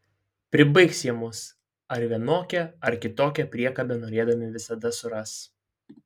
pribaigs jie mus ar vienokią ar kitokią priekabę norėdami visada suras